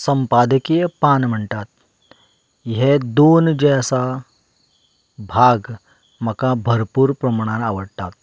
संपादकीय पान म्हणटात हे दोन जे आसा भाग म्हाका भरपूर प्रमाणांत आवडटात